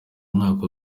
mwaka